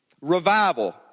revival